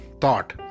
thought